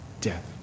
death